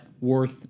worth